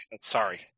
sorry